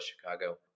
Chicago